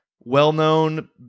well-known